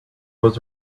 was